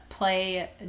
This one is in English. Play